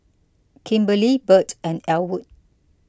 Kimberlie Birt and Elwood